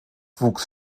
wuchs